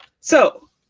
so,